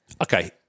Okay